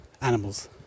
animals